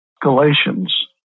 Galatians